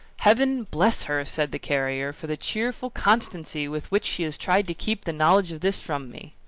heaven bless her! said the carrier, for the cheerful constancy with which she has tried to keep the knowledge of this from me!